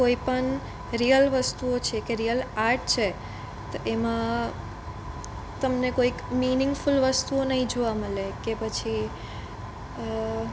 કોઈપણ રિયલ વસ્તુઓ છે કે રિયલ આર્ટ છે તો એમાં તમને કોઈક મીનિંગફુલ વસ્તુઓ નહીં જોવા મળે કે પછી અ